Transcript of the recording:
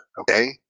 okay